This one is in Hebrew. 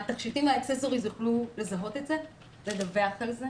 האקססוריז יוכלו לזהות את זה, לדווח על זה,